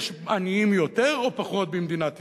יש עניים יותר או פחות במדינת ישראל?